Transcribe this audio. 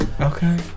Okay